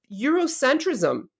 Eurocentrism